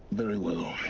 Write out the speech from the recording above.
very well.